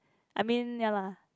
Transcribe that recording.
I mean ya lah